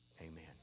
Amen